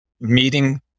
meeting